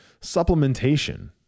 supplementation